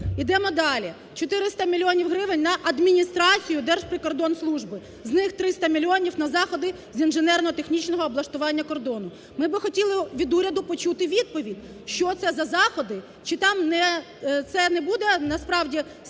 Ідемо далі: 400 мільйонів гривень на Адміністрацію Держприкордонслужби, з них 300 мільйонів на заходи з інженерно-технічного облаштування кордону. Ми би хотіли від уряду почути відповідь, що це за заходи, чи там це не буде насправді "стіна